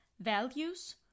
values